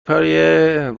پای